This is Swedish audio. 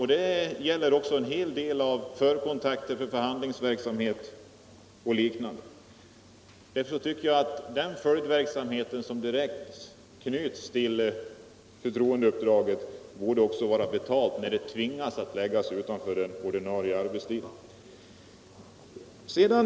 Det gäller också en hel del förkontakter om förhandlingsverksamheten och liknande. Därför tycker jag att den följdverksamhet som direkt knyts till förtroendeuppdraget också bör betalas när det måste läggas utanför den ordinarie arbetstiden.